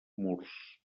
murs